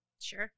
sure